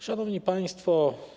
Szanowni Państwo!